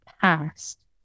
past